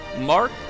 Mark